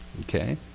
okay